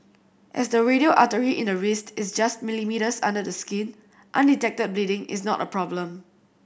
as the radial artery in the wrist is just millimetres under the skin undetected bleeding is not a problem